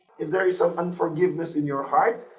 if there is some unforgiveness in your heart,